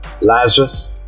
Lazarus